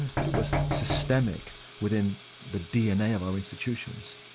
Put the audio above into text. that it was systemic within the dna of our institutions.